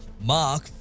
Mark